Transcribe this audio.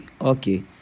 okay